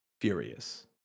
Furious